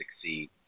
succeed